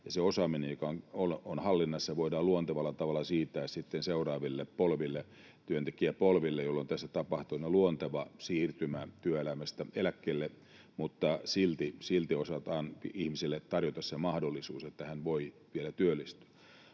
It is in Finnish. ja se osaaminen, joka on hallinnassa, voidaan luontevalla tavalla siirtää sitten seuraaville työntekijäpolville, jolloin tässä tapahtuu aina luonteva siirtymä työelämästä eläkkeelle — mutta silti osataan ihmiselle tarjota se mahdollisuus, että hän voi vielä työllistyä.